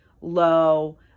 low